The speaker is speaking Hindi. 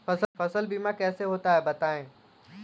फसल बीमा कैसे होता है बताएँ?